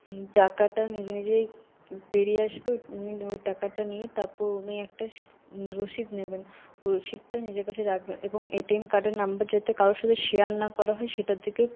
টাকাটা নিজে নিজেই বেরিয়ে আসবে উনি ওই টাকাটা নিয়ে তারপর উনি একটা রসিদ নেবেন ওই রসিদটা নিজের কাছে রাখবেন এবং এটিএম কার্ডের নম্বর যাতে কারোর সাথে শেয়ার না করা হয় সেটার দিকে